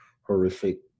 horrific